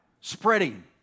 spreading